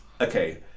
okay